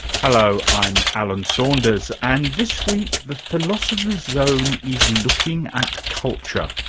hello, i'm alan saunders and this week the philosopher's zone is looking at culture.